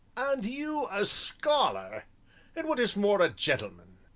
and you a scholar and what is more, a gentleman!